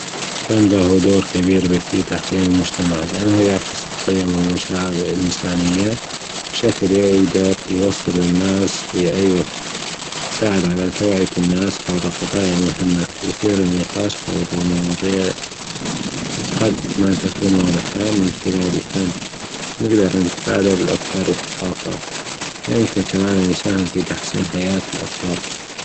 الفن له دور كبير في تحسبن المجتمع لأنه يعكس القيم و المشاعر الإنسانية بشكل يجدر يوصل للناس في أي وجت يساعد على توعية الناس حول قضايا مهمة ويثير النقاش حول مواضيع قد ما تكون واضحة من خلال الفن نجدر نتبادل الأفكار والثاقافات يمكن كمان أن يساهم في تحسين حياة الأفراد